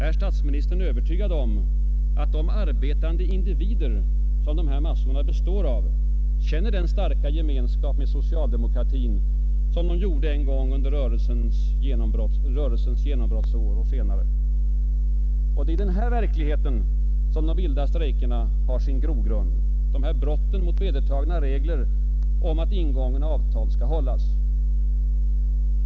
Är statsministern övertygad om att de arbetande individer som dessa massor består av känner den starka gemenskap med socialdemokratin som de gjorde en gång under rörelsens genombrottsår? Det är i den verkligheten som de vilda strejkerna har sin grogrund — dessa brott mot vedertagna regler om att ingångna avtal skall hållas.